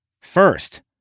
First